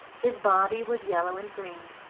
his body was yellow and green,